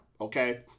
okay